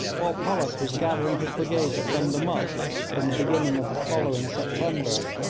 while pollock was gathering his brigades at gundamuk in the beginning of the following september,